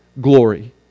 glory